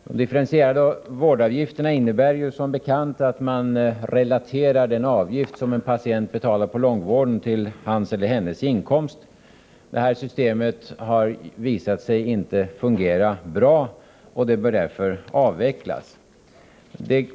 De differentierade vårdavgifterna innebär som bekant att man relaterar den avgift som en patient betalar på långvården till hans eller hennes inkomster. Det systemet har visat sig inte fungera bra, och det bör därför avvecklas.